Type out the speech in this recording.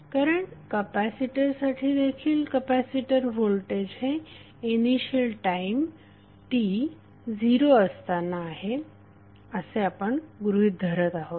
कारण कपॅसिटरसाठी देखील कपॅसिटर व्होल्टेज हे इनिशियल टाईम t 0 असताना आहे असे आपण गृहीत धरत आहोत